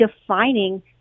defining